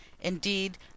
indeed